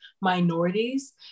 minorities